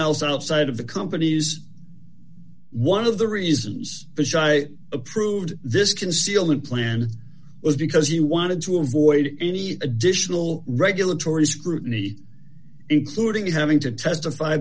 else outside of the companies one of the reasons which i approved this concealment plan was because he wanted to avoid any additional regulatory scrutiny including having to testify